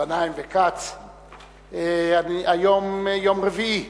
גנאים וכץ, היום יום רביעי,